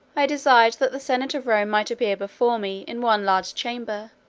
i desired that the senate of rome might appear before me, in one large chamber,